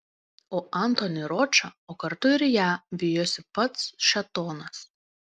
o antonį ročą o kartu ir ją vijosi pats šėtonas